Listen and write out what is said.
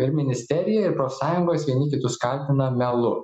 ir ministerija ir profsąjungos vieni kitus kaltina melu